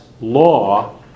law